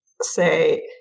say